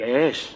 Yes